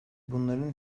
bunların